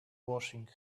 washing